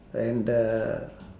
and the